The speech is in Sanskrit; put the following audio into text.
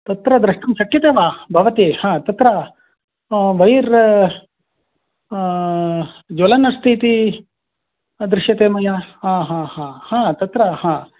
तत्र द्रष्टुं शक्यते वा भवति हा तत्र वैर् ज्वलन्नस्ति इति दृश्यते मया हा हा हा तत्र